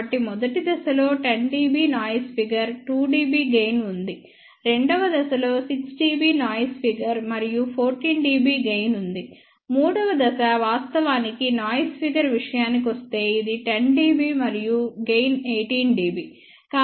కాబట్టి మొదటి దశలో 10 dB noise figure 2 dB gain ఉంది రెండవ దశలో 6 dB నాయిస్ ఫిగర్ మరియు 14 dB గెయిన్ ఉంది మూడవ దశ వాస్తవానికి నాయిస్ ఫిగర్ విషయానికొస్తే ఇది 10 dB మరియు గెయిన్ 18 dB